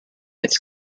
its